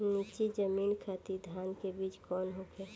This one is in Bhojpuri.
नीची जमीन खातिर धान के बीज कौन होखे?